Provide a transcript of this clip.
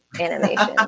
Animation